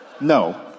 No